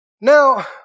Now